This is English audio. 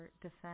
defense